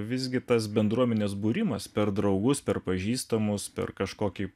visgi tas bendruomenės būrimas per draugus per pažįstamus per kažkokį